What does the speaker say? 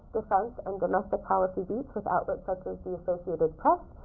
defense, and domestic policy beats with outlets such as the associated press,